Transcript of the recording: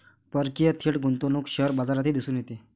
परकीय थेट गुंतवणूक शेअर बाजारातही दिसून येते